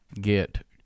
get